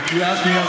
תודה רבה.